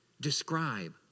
describe